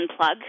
unplug